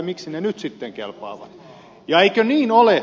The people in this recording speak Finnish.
miksi ne nyt sitten kelpaavat